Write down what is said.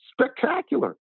spectacular